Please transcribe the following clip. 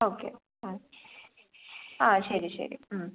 okay ആ ശരി ശരി